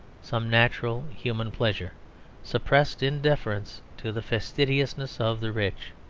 some natural human pleasure suppressed in deference to the fastidiousness of the rich.